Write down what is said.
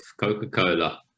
coca-cola